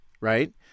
right